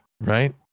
right